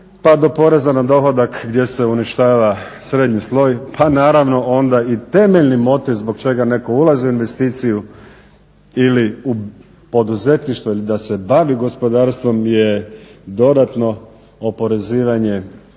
pa do poreza na dohodak gdje se uništava srednji sloj pa naravno onda i temeljni motiv zbog čega netko ulazi u investiciju ili u poduzetništvo ili da se bavi gospodarstvom je dodatno oporezivanje